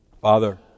Father